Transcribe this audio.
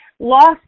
lost